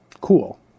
Cool